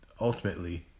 ultimately